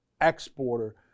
Exporter